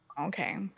okay